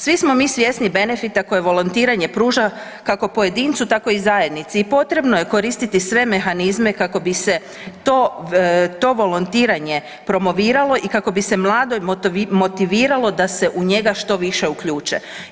Svi smo mi svjesni benefita koje volontiranje pruža kako pojedincu tako i zajednici i potrebno je koristiti sve mehanizme kako bi se to, to volontiranje promoviralo i kako bi se mlade motiviralo da se u njega što više uključe.